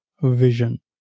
vision